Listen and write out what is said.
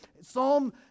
Psalm